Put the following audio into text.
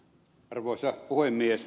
arvoisa puhemies